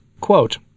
quote